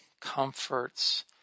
comforts